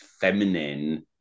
feminine